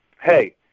Hey